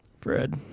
Fred